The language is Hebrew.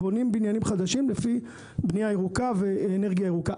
בונים בניינים חדשים לפי בנייה ירוקה ואנרגיה ירוקה.